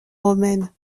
romaine